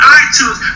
iTunes